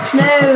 no